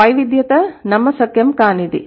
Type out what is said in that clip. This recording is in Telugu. కాబట్టి వైవిధ్యత నమ్మశక్యం కానిది